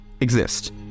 exist